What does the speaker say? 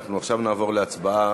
אנחנו עכשיו נעבור להצבעה.